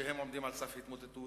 שהם עומדים על סף התמוטטות.